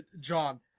John